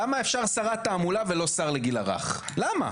למה אפשר שרת תעמולה ולא שר לגיל הרך למה?